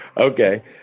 Okay